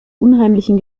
unheimlichen